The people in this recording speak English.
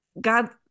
God